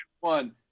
one